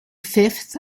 fifth